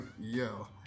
yo